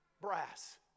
brass